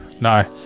No